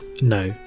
No